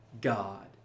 God